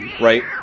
right